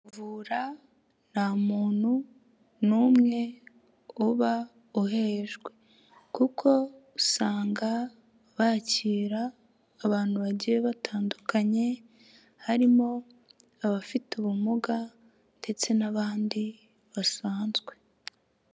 Kuvura nta muntu n'umwe uba uhejwe kuko usanga bakira abantu bagiye batandukanye harimo abafite ubumuga ndetse n'abandi basanzwe.